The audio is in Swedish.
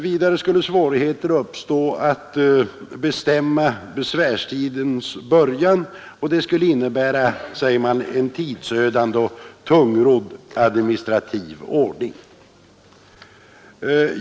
Vidare skulle svårigheter uppstå att bestämma besvärstidens början, och det skulle innebära, säger man, en tidsödande och tungrodd administrativ ordning.